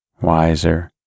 wiser